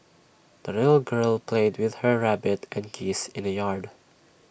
the little girl played with her rabbit and geese in the yard